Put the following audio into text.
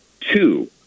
two